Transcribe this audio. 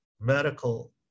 medical